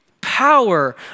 Power